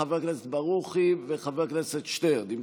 חבר הכנסת ברוכי וחבר הכנסת שטרן.